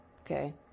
Okay